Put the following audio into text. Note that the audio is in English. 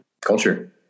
culture